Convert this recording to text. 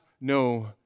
no